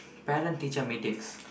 parent teacher meetings